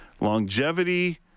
longevity